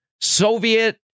Soviet